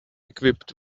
equipped